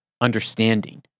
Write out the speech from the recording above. understanding